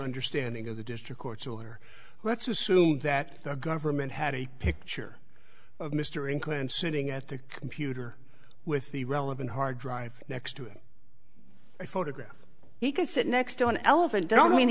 understanding of the district court's order let's assume that the government had a picture of mr included sitting at the computer with the relevant hard drive next to it i photograph he can sit next to an elephant don't mean